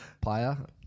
player